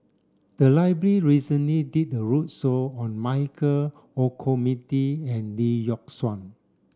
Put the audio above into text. the library recently did a roadshow on Michael Olcomendy and Lee Yock Suan